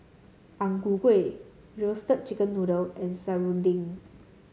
Ang Ku Kueh Roasted Chicken Noodle and Serunding